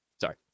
sorry